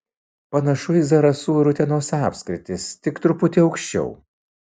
panašu į zarasų ir utenos apskritis tik truputį aukščiau